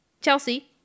chelsea